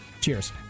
Cheers